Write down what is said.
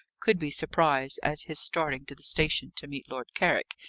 could be surprised at his starting to the station to meet lord carrick,